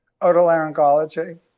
Otolaryngology